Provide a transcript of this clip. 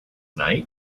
night